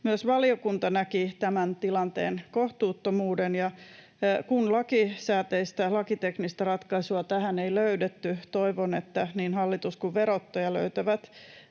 Myös valiokunta näki tämän tilanteen kohtuuttomuuden, ja kun lakisääteistä, lakiteknistä ratkaisua tähän ei löydetty, toivon, että niin hallitus kuin verottaja löytävät